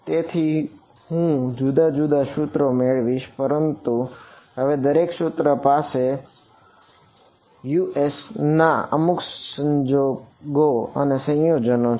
તેથી હું જુદા જુદા સૂત્રો મેળવીશ પરંતુ હવે દરેક સૂત્રો પાસે આ Us ના અમુક સંયોજનો છે